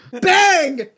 Bang